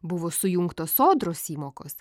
buvo sujungtos sodros įmokos